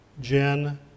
Jen